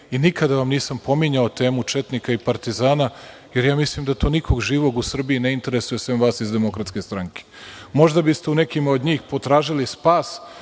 i nikada vam nisam pominjao temu četnika i partizana, jer ja mislim da to nikoga živog u Srbiji ne interesuje, sem vas iz DS.Možda biste u nekima od njih potražili spas,